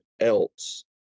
else